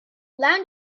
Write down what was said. land